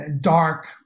dark